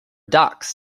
ducks